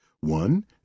one